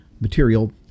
material